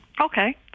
Okay